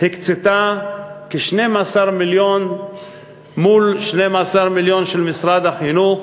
הקצתה כ-12 מיליון מול 12 מיליון של משרד החינוך